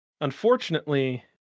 Unfortunately